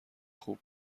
خوب